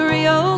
Rio